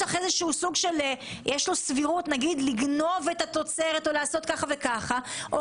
יש סבירות שהוא יגנוב את התוצרת או יעשה ככה וככה או